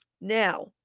Now